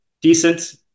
decent